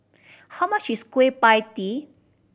how much is Kueh Pie Tee